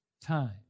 time